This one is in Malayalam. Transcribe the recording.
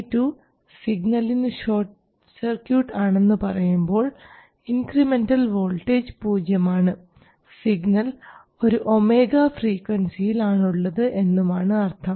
C2 സിഗ്നലിനു ഷോർട്ട് സർക്യൂട്ട് ആണെന്ന് പറയുമ്പോൾ ഇൻക്രിമെൻറൽ വോൾട്ടേജ് പൂജ്യമാണ് സിഗ്നൽ ഒരു ഒമേഗാ ഫ്രീക്വൻസിയിൽ ആണുള്ളത് എന്നുമാണ് അർത്ഥം